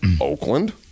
Oakland